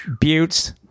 Buttes